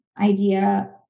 idea